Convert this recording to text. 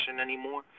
anymore